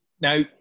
Now